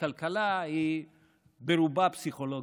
שכלכלה היא ברובה פסיכולוגיה.